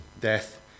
death